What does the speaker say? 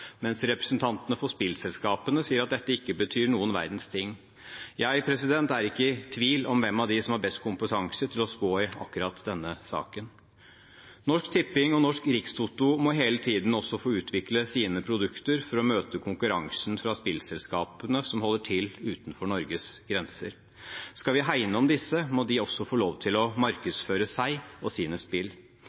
mens representantene for spillselskapene sier at dette ikke betyr noen verdens ting. Jeg er ikke i tvil om hvem av dem som har best kompetanse til å spå i akkurat denne saken. Norsk Tipping og Norsk Rikstoto må hele tiden også få utvikle sine produkter for å møte konkurransen fra spillselskapene som holder til utenfor Norges grenser. Skal vi hegne om disse, må de også få lov å markedsføre seg og sine spill.